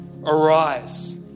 arise